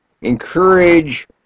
encourage